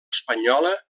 espanyola